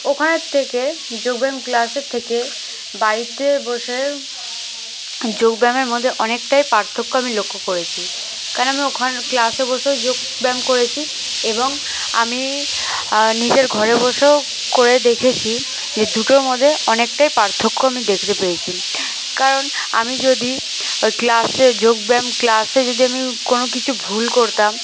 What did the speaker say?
ওখানের থেকে যোগ ব্যায়াম ক্লাসের থেকে বাড়িতে বসে যোগ ব্যায়ামের মধ্যে অনেকটাই পার্থক্য আমি লক্ষ্য করেছি কারণ আমি ওখান ক্লাসে বসেও যোগ ব্যায়াম করেছি এবং আমি নিজের ঘরে বসেও করে দেখেছি যে দুটোর মধ্যে অনেকটাই পার্থক্য আমি দেখতে পেয়েছি কারণ আমি যদি ওই ক্লাসে যোগ ব্যায়াম ক্লাসে যদি আমি কোনো কিছু ভুল করতাম